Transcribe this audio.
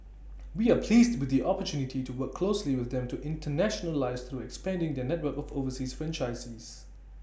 we are pleased with the opportunity to work closely with them to internationalise through expanding their network of overseas franchisees